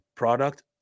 product